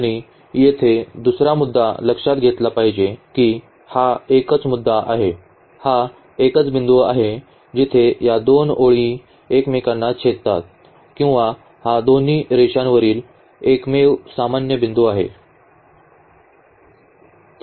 आणि येथे दुसरा मुद्दा लक्षात घेतला पाहिजे की हा एकच मुद्दा आहे हा एकच बिंदू आहे जिथे या दोन ओळी एकमेकांना छेदतात किंवा हा दोन्ही रेषांवरील एकमेव सामान्य बिंदू आहे